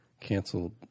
canceled